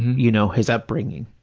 you know, his upbringing,